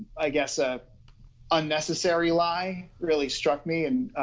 i guess, ah unnecessary lie really struck me. and